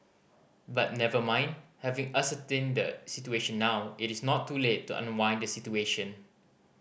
but never mind having ascertained the situation now it is not too late to unwind the situation